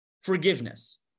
forgiveness